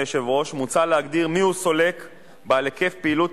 יציב ויעיל המאפשר פעילות